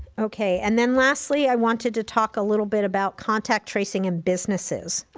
okay, and then lastly, i wanted to talk a little bit about contact tracing in businesses.